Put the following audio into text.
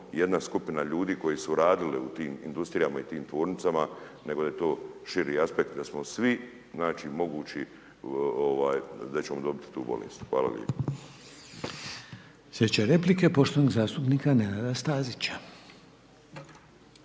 jedna skupina ljudi koji su radili u tim industrijama i tim tvornicama nego da je to širi aspekt, da smo svi, znači, mogući da ćemo dobiti tu bolest. Hvala lijepa. **Reiner, Željko (HDZ)** Sljedeća replika je poštovanog zastupnika Nenada Stazića.